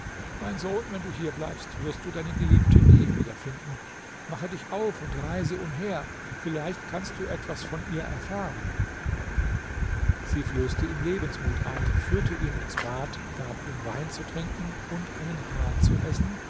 mein sohn wenn du hier bleibst wirst du deine geliebte nie wieder finden mache dich auf und reise umher vielleicht kannst du etwas von ihr erfahren sie flößte ihm lebensmut ein führte ihn ins bad gab ihm wein zu trinken und einen hahn zu essen